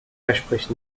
versprich